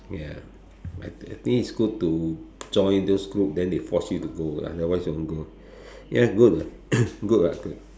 ya I I think it's good to join those group then they force you to go otherwise won't go ya good good what good